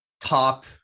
top